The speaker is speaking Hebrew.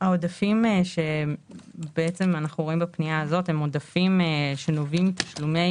העודפים שאנחנו רואים בפנייה הזאת הם עודפים שנובעים מתשלומים